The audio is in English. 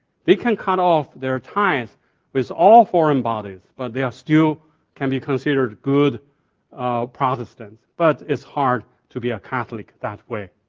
they can cut off their ties with all foreign bodies, but they still can be considered good protestants, but it's hard to be a catholic that way.